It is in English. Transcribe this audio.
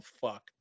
fuck